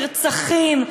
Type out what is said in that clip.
נרצחים,